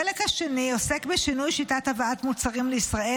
החלק השני עוסק בשינוי שיטת הבאת מוצרים לישראל.